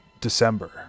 December